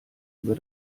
über